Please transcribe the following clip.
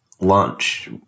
lunch